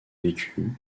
vécu